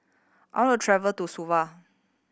I want to travel to Suva